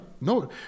no